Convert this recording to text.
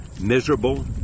miserable